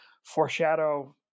foreshadow